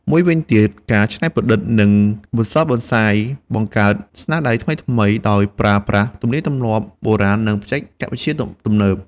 មួយវិញទៀតការច្នៃប្រឌិត និងបន្សល់បន្សាយ បង្កើតស្នាដៃថ្មីៗ ដោយប្រើប្រាស់ទំនៀមទំលាប់បុរាណ និងបច្ចេកវិទ្យាទំនើប។